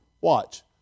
Watch